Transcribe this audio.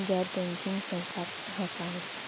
गैर बैंकिंग संस्था ह का होथे?